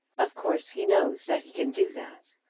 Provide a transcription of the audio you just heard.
of course he knows that he can do that.